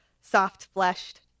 soft-fleshed